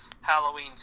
Halloween